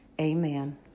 Amen